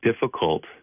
difficult